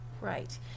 Right